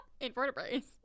Invertebrates